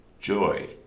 joy